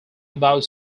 about